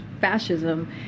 fascism